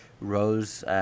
Rose